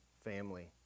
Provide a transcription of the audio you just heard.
family